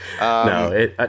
No